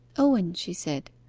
owen, she said,